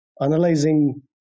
analyzing